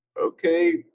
okay